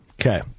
Okay